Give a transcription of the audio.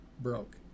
broke